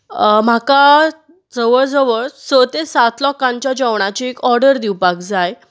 म्हाका जवळ जवळ स ते सात लोकांच्या जेवणाची एक ऑर्डर दिवपाक जाय